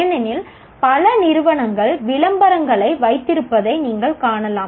ஏனெனில் பல நிறுவனங்கள் விளம்பரங்களை வைத்திருப்பதை நீங்கள் காணலாம்